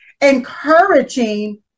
encouraging